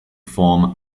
form